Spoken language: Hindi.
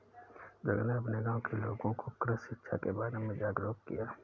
जोगिंदर अपने गांव के लोगों को कृषि शिक्षा के बारे में जागरुक किया